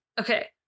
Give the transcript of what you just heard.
Okay